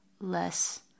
less